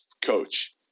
coach